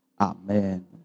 Amen